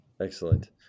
Excellent